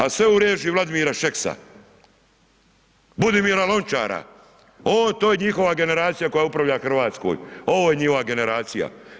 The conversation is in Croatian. A sve u režiji Vladimira Šeksa, Budimira Lončara, to je njihova generacija koja upravlja Hrvatskom, ovo je njihova generacija.